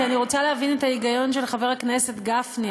כי אני רוצה להבין את ההיגיון של חבר הכנסת גפני.